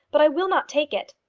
but i will not take it.